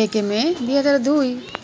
ଏକ ମେ ଦୁଇ ହଜାର ଦୁଇ